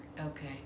Okay